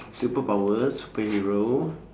superpower superhero